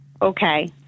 Okay